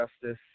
justice